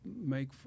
make